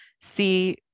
see